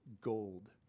gold